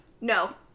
No